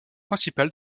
principal